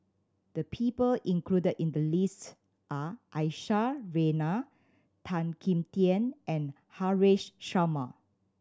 the people included in the list are Aisyah Lyana Tan Kim Tian and Haresh Sharma